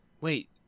wait